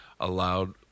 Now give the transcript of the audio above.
allowed